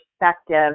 perspective